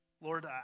Lord